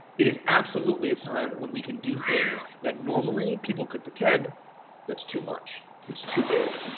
it is absolutely a time when we can do things that normally, people could pretend that's too much, it's too big,